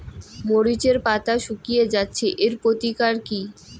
মরিচের পাতা শুকিয়ে যাচ্ছে এর প্রতিকার কি?